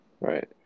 Right